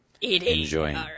enjoying